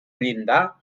llindar